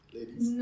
Ladies